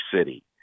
City